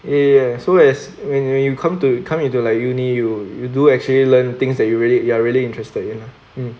ya ya so as when you when you come to come into like uni you you do actually learn things that you really you are really interested you know mm